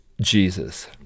Jesus